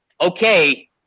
okay